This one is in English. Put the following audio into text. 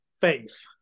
faith